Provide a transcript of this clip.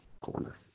corner